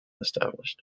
established